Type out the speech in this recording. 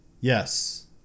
yes